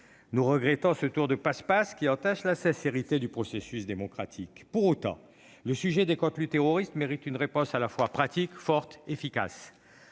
Nous regrettons ce tour de passe-passe, qui entache la sincérité du processus démocratique. Pour autant, le sujet des contenus terroristes mérite une réponse à la fois pratique, forte et efficace.